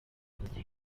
gusa